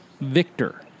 Victor